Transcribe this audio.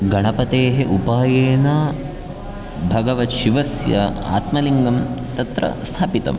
गणपतेः उपायेन भगवत्शिवस्य आत्मलिङ्गं तत्र स्थापितं